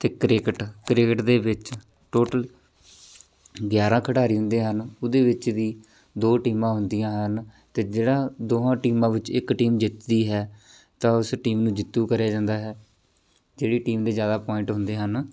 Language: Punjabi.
ਅਤੇ ਕ੍ਰਿਕਟ ਕ੍ਰਿਕਟ ਦੇ ਵਿੱਚ ਟੋਟਲ ਗਿਆਰ੍ਹਾਂ ਖਿਡਾਰੀ ਹੁੰਦੇ ਹਨ ਉਹਦੇ ਵਿੱਚ ਵੀ ਦੋ ਟੀਮਾਂ ਹੁੰਦੀਆਂ ਹਨ ਅਤੇ ਜਿਹੜਾ ਦੋਵਾਂ ਟੀਮਾਂ ਵਿੱਚ ਇੱਕ ਟੀਮ ਜਿੱਤਦੀ ਹੈ ਤਾਂ ਉਸ ਟੀਮ ਨੂੰ ਜੇਤੂ ਕਰਿਆ ਜਾਂਦਾ ਹੈ ਜਿਹੜੀ ਟੀਮ ਦੇ ਜ਼ਿਆਦਾ ਪੁਆਇੰਟ ਹੁੰਦੇ ਹਨ